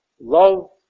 Love